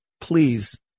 please